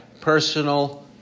personal